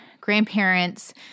grandparents